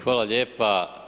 Hvala lijepa.